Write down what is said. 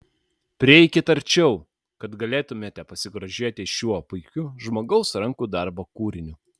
prieikit arčiau kad galėtumėte pasigrožėti šiuo puikiu žmogaus rankų darbo kūriniu